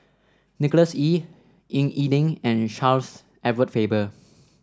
Nicholas Ee Ying E Ding and Charles Edward Faber